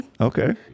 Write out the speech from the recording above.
Okay